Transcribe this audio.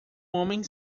homem